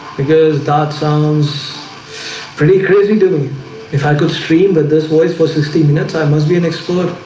because that sounds pretty crazy to me if i could stream that this voice for sixty minutes. i must be an expert